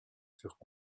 furent